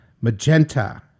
magenta